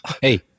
Hey